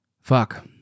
fuck